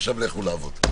עכשיו לכו לעבוד.